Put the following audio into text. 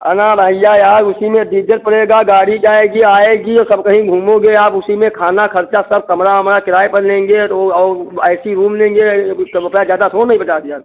अना रहिए यार उसी में डीजल पड़ेगा गाड़ी जाएगी आएगी औ सब कहीं घूमोगे आप उसी में खाना ख़र्चा सब कमरा वमरा किराया पर लेंगे तो और ए सी रूम लेंगे तो रुपया ज़्यादा थोड़ो नहीं बता दिया